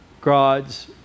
God's